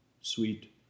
sweet